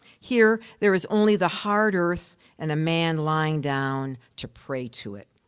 here there is only the hard earth and a man lying down to pray to it.